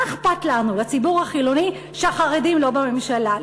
מה אכפת לנו, לציבור החילוני, שהחרדים לא בממשלה?